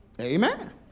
amen